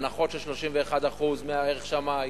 הנחות של 31% מערך שמאי,